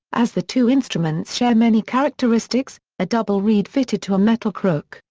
as the two instruments share many characteristics a double reed fitted to a metal crook,